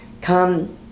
Come